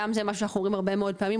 גם זה משהו שאנחנו אומרים הרבה מאוד פעמים,